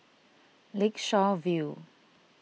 Lakeshore View